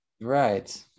Right